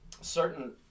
certain